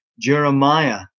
Jeremiah